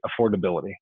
affordability